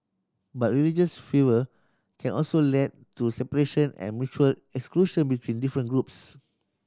but religious fervour can also lead to separation and mutual exclusion between different groups